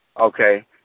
Okay